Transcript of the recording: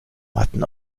matten